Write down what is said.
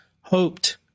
hoped